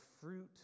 fruit